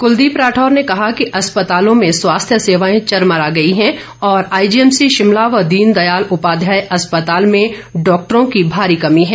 कुलदीप राठौर ने कहा कि अस्पतालों में स्वास्थ्य सेवाएँ चरमरा गई हैं और आईजीएमसी शिमला व दीन दयाल उपाध्याय अस्पताल में डॉक्टरों की भारी कमी है